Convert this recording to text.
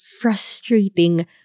frustrating